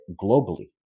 globally